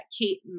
Kate